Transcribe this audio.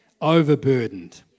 overburdened